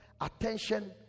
attention